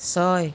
ছয়